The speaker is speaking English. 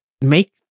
make